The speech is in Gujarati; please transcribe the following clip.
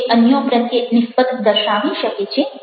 જે અન્યો પ્રત્યે નિસ્બત દર્શાવી શકે છે